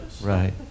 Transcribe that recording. right